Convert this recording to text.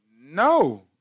no